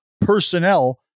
personnel